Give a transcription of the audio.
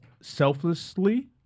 selflessly